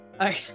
Okay